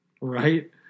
Right